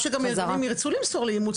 אני בטוחה שגם הארגונים ירצו למסור לאימוץ